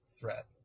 threat